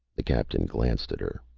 the captain glanced at her.